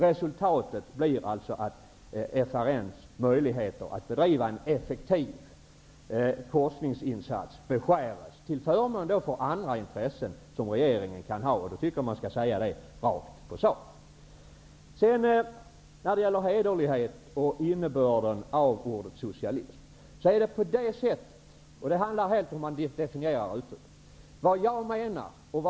Resultatet blir att FRN:s möjligheter att bedriva en effektiv forskning beskärs, till förmån för andra intressen som regeringen kan ha. Då tycker jag att man skall säga det rakt på sak. När det gäller hederlighet och innebörden av ordet socialism handlar det om hur man definierar uttrycket.